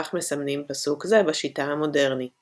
וכך מסמנים פסוק זה בשיטה המודרנית